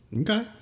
Okay